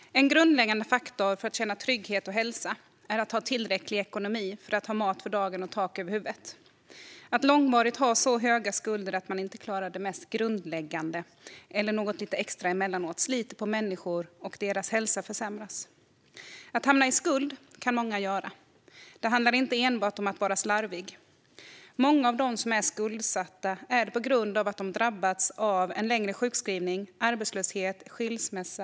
Fru talman! En grundläggande faktor för att känna trygghet och hälsa är att ha tillräcklig ekonomi för att ha mat för dagen och tak över huvudet. Att långvarigt ha så höga skulder att man inte klarar det mest grundläggande eller något lite extra emellanåt sliter på människor, och deras hälsa försämras. Att hamna i skuld kan många göra. Det handlar inte enbart om att vara slarvig. Många av dem som är skuldsatta är det på grund av att de drabbats av en längre sjukskrivning, arbetslöshet eller skilsmässa.